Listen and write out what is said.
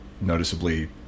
noticeably